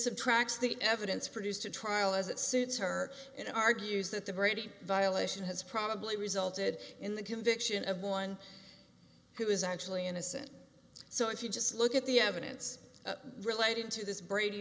subtracts the evidence produced a trial as it suits her it argues that the brady violation has probably resulted in the conviction of one who is actually innocent so if you just look at the evidence related to this brady